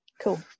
cool